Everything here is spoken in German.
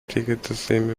ticketsystem